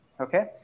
okay